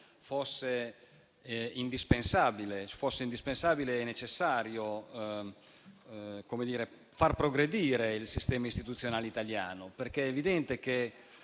fosse indispensabile e necessaria per far progredire il sistema istituzionale italiano. È evidente che